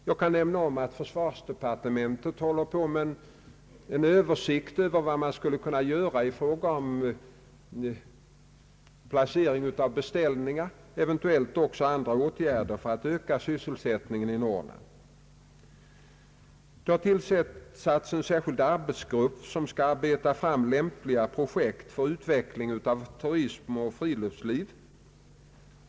Jag kan nämna att försvarsdepartementet håller på med en översikt över vad man skulle kunna göra i fråga om placering av beställningar, eventuellt också andra åtgärder för att öka sysselsättningen i Norrland. Det har tillsatts en särskild arbetsgrupp som skall arbeta fram lämpliga projekt för utveckling av turism och friluftsliv.